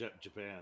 Japan